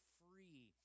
free